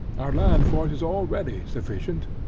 our land force is already sufficient,